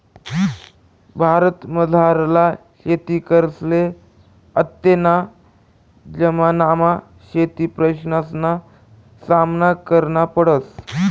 भारतमझारला शेतकरीसले आत्तेना जमानामा शेतीप्रश्नसना सामना करना पडस